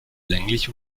länglich